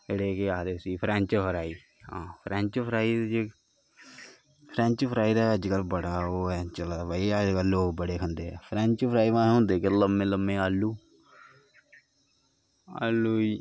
चले दे केह् आखदे उसी फ्रैंच फ्राई हां फ्रैंच फ्राई दा जे फ्रैंच फ्राई दा अज्जकल बड़ा ओह् चले दा ऐ भाई अज्जकल लोक बड़े खंदे न फ्रैंच फ्राई माए होंदे केह् लम्में लम्में आलू आलू गी